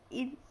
is